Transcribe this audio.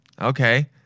okay